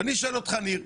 ואני שואל, ניר,